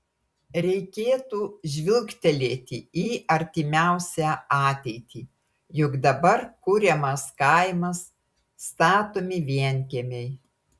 reikėtų žvilgtelėti į artimiausią ateitį juk dabar kuriamas kaimas statomi vienkiemiai